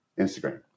Instagram